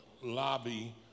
lobby